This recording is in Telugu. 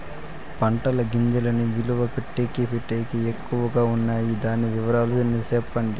పంటల గింజల్ని నిలువ పెట్టేకి పెట్టేకి ఎక్కడ వున్నాయి? దాని వివరాలు సెప్పండి?